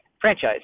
franchise